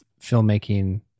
filmmaking